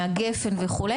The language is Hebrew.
מהגפן וכו',